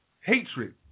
Hatred